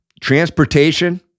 transportation